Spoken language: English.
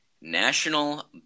National